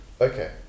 Okay